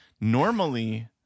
Normally